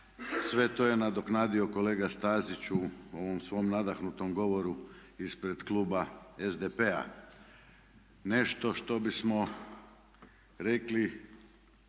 sve to je nadoknadio kolega Stazić u ovom svom nadahnutom govoru ispred kluba SDP-a. Nešto što bismo rekli